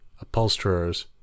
upholsterers